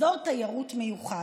אזור תיירות מיוחד.